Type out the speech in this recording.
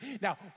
Now